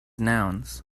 nouns